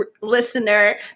listener